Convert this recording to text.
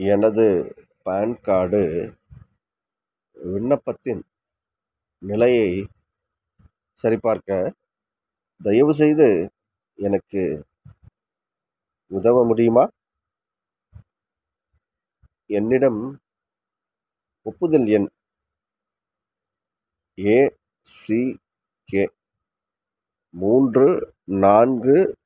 எனது PAN card விண்ணப்பத்தின் நிலையை சரிபார்க்க தயவுசெய்து எனக்கு உதவ முடியுமா என்னிடம் ஒப்புதல் எண் ஏசிகே மூன்று நான்கு